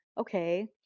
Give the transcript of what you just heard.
okay